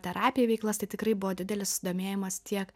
terapiją veiklas tai tikrai buvo didelis susidomėjimas tiek